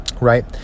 Right